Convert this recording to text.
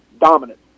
dominant